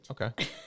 okay